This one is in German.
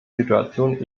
situation